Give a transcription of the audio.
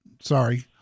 Sorry